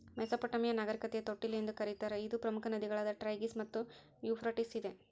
Mesopotamia ನಾಗರಿಕತೆಯ ತೊಟ್ಟಿಲು ಎಂದು ಕರೀತಾರ ಇದು ಪ್ರಮುಖ ನದಿಗಳಾದ ಟೈಗ್ರಿಸ್ ಮತ್ತು ಯೂಫ್ರಟಿಸ್ ಇದೆ